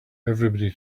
everybody